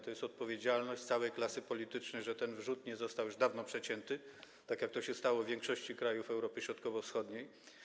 To jest odpowiedzialność całej klasy politycznej, że ten wrzód nie został już dawno przecięty, jak to się stało w większości krajów Europy Środkowo-Wschodniej.